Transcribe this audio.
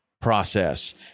process